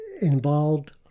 involved